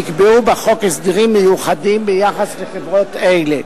נקבעו בחוק הסדרים מיוחדים ביחס לחברות אלה.